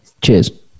Cheers